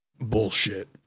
bullshit